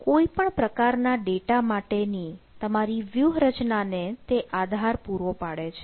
કોઈપણ પ્રકારના ડેટા માટેની તમારી વ્યૂહરચનાને તે આધાર પૂરો પાડે છે